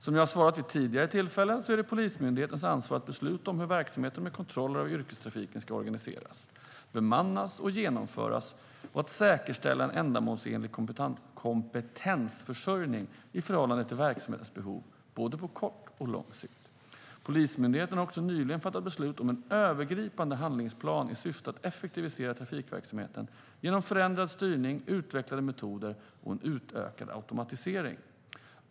Som jag har svarat vid tidigare tillfällen är det Polismyndighetens ansvar att besluta om hur verksamheten med kontroller av yrkestrafiken ska organiseras, bemannas och genomföras och att säkerställa en ändamålsenlig kompetensförsörjning i förhållande till verksamhetens behov på både kort och lång sikt. Polismyndigheten har också nyligen fattat beslut om en övergripande handlingsplan i syfte att effektivisera trafikverksamheten genom förändrad styrning, utvecklade metoder och en utökad automatisering.